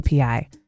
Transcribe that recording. API